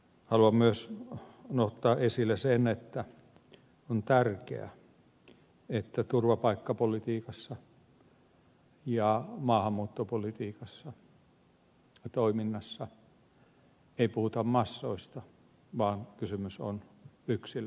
haluan myös nostaa esille sen että on tärkeää että turvapaikkapolitiikassa ja maahanmuuttopolitiikassa ja toiminnassa ei puhuta massoista vaan kysymys on yksilöistä